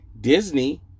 Disney